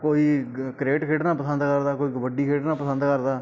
ਕੋਈ ਗ ਕ੍ਰਿਕਟ ਖੇਡਣਾ ਪਸੰਦ ਕਰਦਾ ਕੋਈ ਕਬੱਡੀ ਖੇਡਣਾ ਪਸੰਦ ਕਰਦਾ